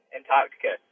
Antarctica